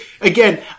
again